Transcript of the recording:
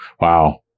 wow